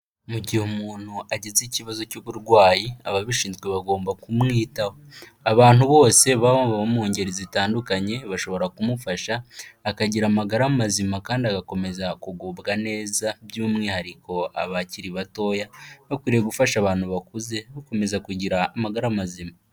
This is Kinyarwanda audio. Mu gihe umuntu agize ikibazo cy'uburwayi, ababishinzwe bagomba kumwitaho. Abantu bose baba mu ngeri zitandukanye bashobora kumufasha akagira amagara mazima kandi agakomeza kugubwa neza, by'umwihariko abakiri batoya, bakwiriye gufasha abantu bakuze gukomeza kugira amagara mazima.